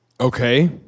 Okay